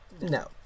no